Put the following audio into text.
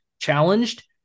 challenged